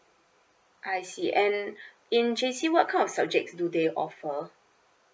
I see and in J_C what kind of subjects do they offer